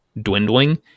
dwindling